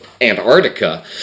Antarctica